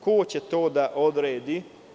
Ko će to da odredi?